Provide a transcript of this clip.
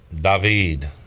David